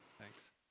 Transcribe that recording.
Thanks